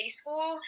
school